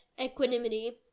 equanimity